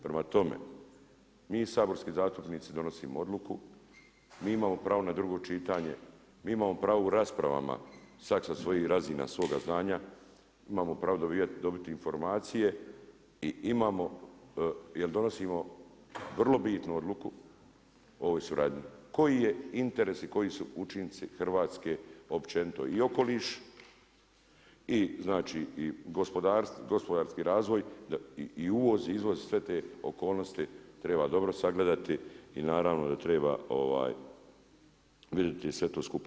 Prema tome, mi saborski zastupnici donosimo odluku, mi imamo pravo na drugo čitanje, mi imamo pravo u raspravama, svako sa svojim razina svoga znanja, imamo pravo dobivati informacije i imamo, jer donosimo vrlo bitnu odluku o ovoj suradnji, koji je interes i koji su učinci Hrvatske općenito i okoliš i znači i gospodarski razvoj i uvoz i izvoz, sve te okolnosti treba dobro sagledati i naravno da treba vidjeti to sve skupa.